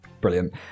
Brilliant